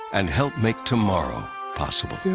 and help make tomorrow possible.